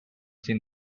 seen